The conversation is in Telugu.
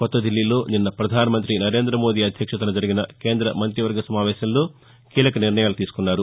కాత్త దిల్లీలో నిన్న ప్రధానమంతి నరేంద్ర మోదీ అధ్యక్షతన జరిగిన కేంద్ర మంతివర్గ సమావేశంలో కీలక నిర్ణయాలు తీసుకున్నారు